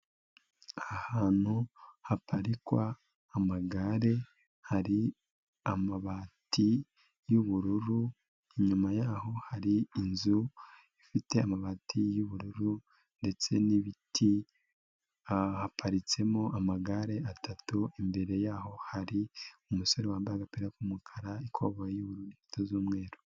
Ahantu haparikwa amagare, hari amabati y'ubururu, inyuma yaho hari inzu ifite amabati y'ubururu ndetse n'ibiti, haparitsemo amagare atatu, imbere yaho hari umusore wambaye agapira k'umukara, ikoboyi y'ubururu n'inkweto z'umweru.